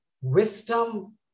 wisdom